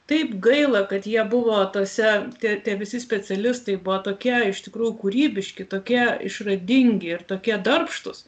taip gaila kad jie buvo tose tie tie visi specialistai buvo tokie iš tikrųjų kūrybiški tokie išradingi ir tokie darbštūs